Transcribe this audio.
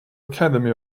academy